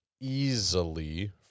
easily